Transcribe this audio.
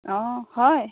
অ হয়